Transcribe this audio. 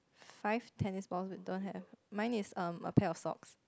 five tennis ball with don't have mine is um a pair of socks